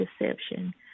deception